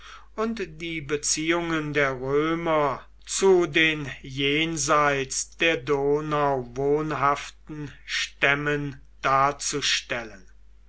und die beziehungen der römer zu den jenseits der donau wohnhaften stämmen darzustellen